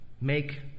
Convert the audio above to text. make